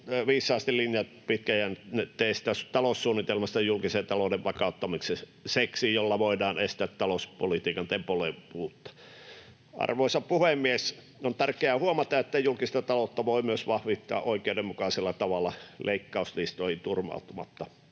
viisaasti linjannut pitkäjänteisestä taloussuunnitelmasta julkisen talouden vakauttamiseksi, jolla voidaan estää talouspolitiikan tempoilevuutta. Arvoisa puhemies! On tärkeää huomata, että julkista taloutta voi myös vahvistaa oikeudenmukaisella tavalla leikkauslistoihin turvautumatta,